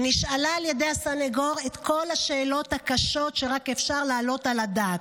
היא נשאלה על ידי הסנגור את כל השאלות הקשות שרק אפשר להעלות על הדעת,